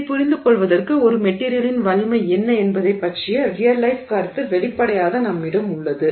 இதைப் புரிந்துகொள்வதற்கு ஒரு மெட்டிரியலின் வலிமை என்ன என்பதைப் பற்றிய ரியல் லைஃப் கருத்து வெளிப்படையாக நம்மிடம் உள்ளது